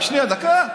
רק שנייה, דקה.